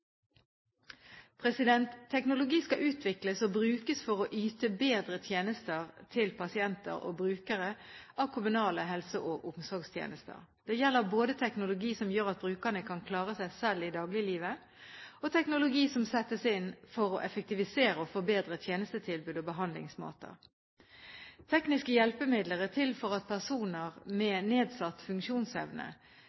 Teknologi skal utvikles og brukes for å yte bedre tjenester til pasienter og brukere av kommunale helse- og omsorgstjenester. Det gjelder både teknologi som gjør at brukerne kan klare seg selv i dagliglivet, og teknologi som settes inn for å effektivisere og forbedre tjenestetilbud og behandlingsmåter. Tekniske hjelpemidler er til for at personer med